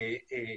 האם